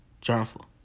joyful